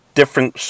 different